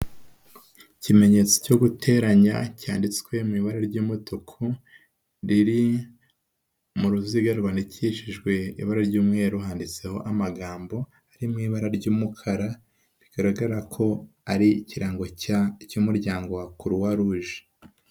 Ikimenyetso cyo guteranya cyanditswe mu ibara ry'umutuku, riri mu ruziga rwandikishijwe ibara ry'umweru, handitseho amagambo arimo ibara ry'umukara, rigaragara ko ari ikirango cy'umuryango wa Croix rouge.